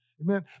Amen